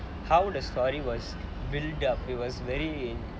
how the story was build up it was very